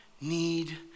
need